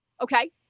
Okay